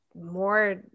more